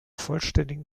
vollständigen